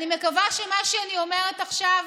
אני מקווה שמה שאני אומרת עכשיו